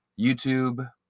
YouTube